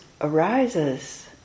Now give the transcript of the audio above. arises